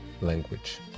language